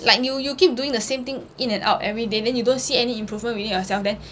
like you you keep doing the same thing in and out everyday then you don't see any improvement within yourself then